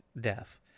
death